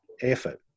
effort